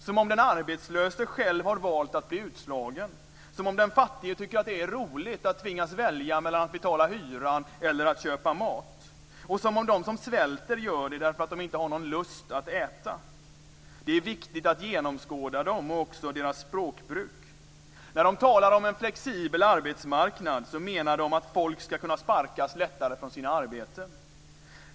Som om den arbetslöse själv har valt att bli utslagen. Som om den fattige tycker att det är roligt att tvingas välja mellan att betala hyran och att köpa mat, och som om de som svälter gör det därför att de inte har någon lust att äta. Det är viktigt att genomskåda dem och också deras språkbruk. När de talar om en flexibel arbetsmarknad menar de att folk skall kunna sparkas lättare från sina arbeten.